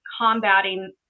combating